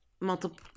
multiple